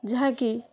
ଯାହାକି